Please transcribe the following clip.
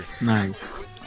Nice